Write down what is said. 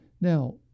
Now